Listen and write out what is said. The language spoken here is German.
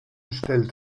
stellt